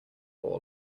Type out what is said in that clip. ball